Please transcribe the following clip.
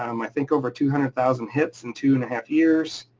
um i think, over two hundred thousand hits in two and a half years,